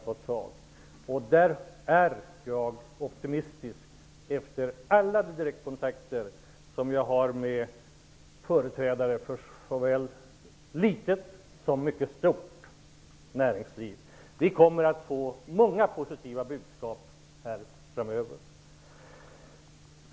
På den punkten är jag optimistisk efter alla direktkontakter som jag haft med företrädare för såväl små som mycket stora företag. Vi kommer att få många positiva budskap här framöver.